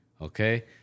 okay